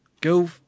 go